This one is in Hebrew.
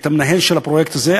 את המנהל של הפרויקט הזה,